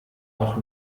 auch